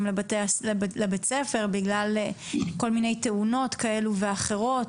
לבית הספר בגלל כל מיני תאונות כאלו ואחרות.